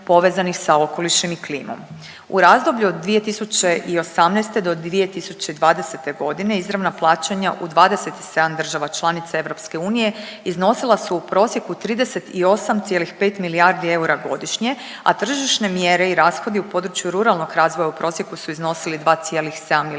U razdoblju od 2018.-2020.g. izravna plaćanja u 27 država članica EU iznosila su u prosjeku 38,5 milijardi eura godišnje, a tržišne mjere i rashodi u području ruralnog razvoja u prosjeku su iznosili 2,7 milijardi